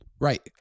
Right